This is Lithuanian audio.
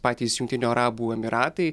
patys jungtinių arabų emyratai